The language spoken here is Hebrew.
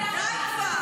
די כבר,